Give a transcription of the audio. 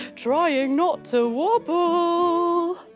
trying not to wobble!